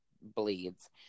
bleeds